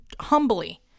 humbly